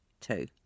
Two